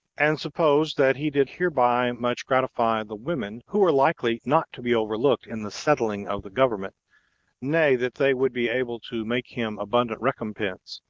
and supposed that he did hereby much gratify the women, who were likely not to be overlooked in the settling of the government nay, that they would be able to make him abundant recompense,